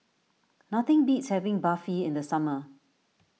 nothing beats having Barfi in the summer